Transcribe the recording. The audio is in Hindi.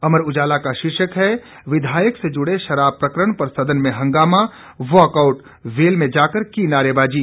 अमर उजाला का शीर्षक है विधायक से जुड़े शराब प्रकरण पर सदन में हंगामा वॉकआउट वेल में जाकर की नारेबाजी